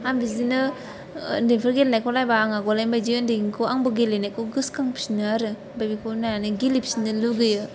आं बिदिनो उन्दैफोर गेलेनाय नायब्ला आवगोलनिबादि उन्दैनिखौ आंबो गेलेनायखौ गोसो खांफिनो आरो ओमफाय बेखौनो नायनानै गेलेफिननो लुगैयो